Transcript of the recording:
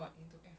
ya right